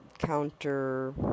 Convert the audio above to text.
Counter